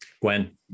Gwen